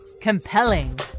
Compelling